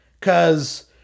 Cause